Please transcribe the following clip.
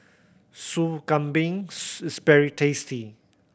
Sup Kambing is very tasty